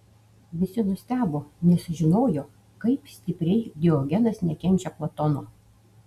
visi nustebo nes žinojo kaip stipriai diogenas nekenčia platono